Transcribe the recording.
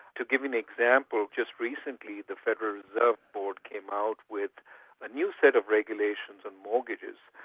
to give an example, just recently the federal reserve board came out with a new set of regulations of mortgages,